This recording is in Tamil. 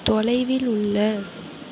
தொலைவில் உள்ள